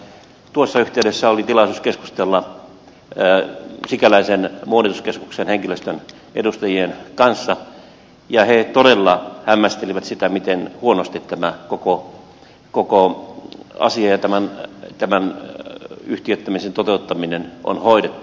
tuossa yhteydessä oli tilaisuus keskustella sikäläisen muonituskeskuksen henkilöstön edustajien kanssa ja he todella hämmästelivät sitä miten huonosti tämä koko asia ja tämän yhtiöittämisen toteuttaminen on hoidettu